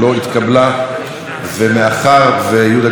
מאחר שחבר הכנסת יהודה גליק הוריד את ההסתייגות שלו,